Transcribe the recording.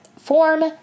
form